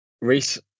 Reese